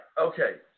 okay